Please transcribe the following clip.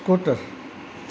scooter